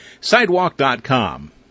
Sidewalk.com